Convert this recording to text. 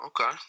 okay